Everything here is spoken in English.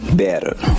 better